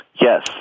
Yes